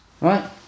right